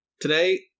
today